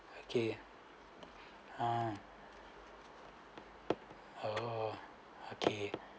okay mm oh okay